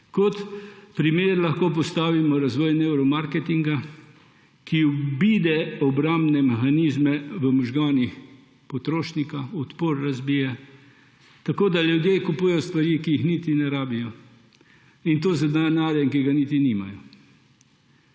Kot primer lahko postavimo razvoj nevromarketinga, ki obide obrambne mehanizme v možganih potrošnika, odpor razbije, tako da ljudje kupujejo stvari, ki jih niti ne rabijo, in to z denarjem, ki ga niti nimajo.